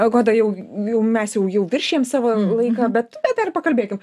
goda jau jau mes jau jau viršijam savo laiką bet bet dar pakalbėkim